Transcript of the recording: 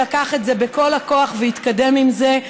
שלקח את זה בכל הכוח והתקדם עם זה,